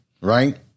right